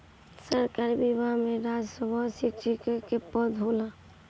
सरकारी विभाग में राजस्व निरीक्षक के पद होला